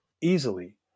easily